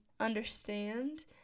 understand